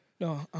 no